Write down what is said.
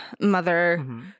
mother